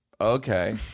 Okay